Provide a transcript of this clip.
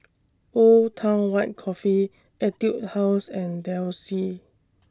Old Town White Coffee Etude House and Delsey